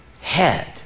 head